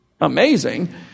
amazing